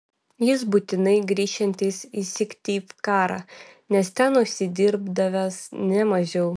jis būtinai grįšiantis į syktyvkarą nes ten užsidirbdavęs ne mažiau